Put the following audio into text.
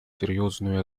серьезную